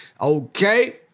okay